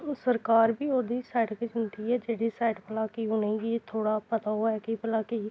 हून सरकार बी ओह्दी साइड गै जंदी ऐ जेह्दी साइड भला कि उ'नें गी थोह्ड़ा पता होऐ कि भला कि